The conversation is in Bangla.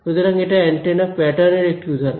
সুতরাং এটি অ্যান্টেনা প্যাটার্ন এর একটি উদাহরণ